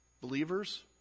Believers